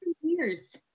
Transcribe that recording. years